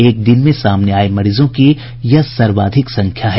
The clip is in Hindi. एक दिन में सामने आए मरीजों की यह सर्वाधिक संख्या है